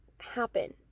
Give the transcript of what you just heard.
happen